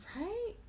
Right